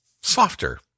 softer